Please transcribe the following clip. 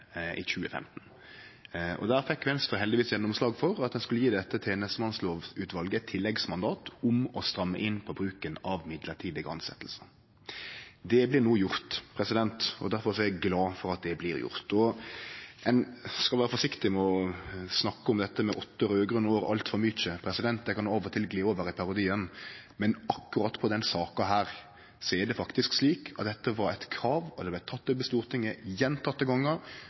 i 2015, og der fekk Venstre heldigvis gjennomslag for at ein skulle gje tenestemannslovutvalet eit tilleggsmandat til å stramme inn på bruken av mellombels tilsetjingar. Difor er eg glad for at det no blir gjort. Ein skal vere forsiktig med å snakke altfor mykje om dette med åtte raud-grøne år, det kan av og til gli over i parodien, men akkurat i denne saka er det faktisk slik at dette var eit krav, og det vart teke opp i Stortinget